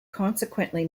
consequently